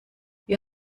wir